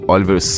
Oliver